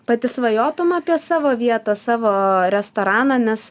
pati svajotum apie savo vietą savo restoraną nes